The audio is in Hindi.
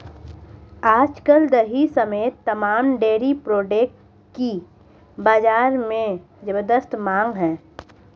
आज कल दही समेत तमाम डेरी प्रोडक्ट की बाजार में ज़बरदस्त मांग है